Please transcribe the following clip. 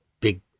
big